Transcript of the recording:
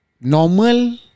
Normal